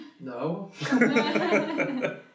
No